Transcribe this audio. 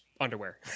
underwear